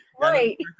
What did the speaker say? Right